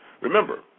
Remember